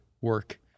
work